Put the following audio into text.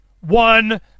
one